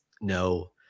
No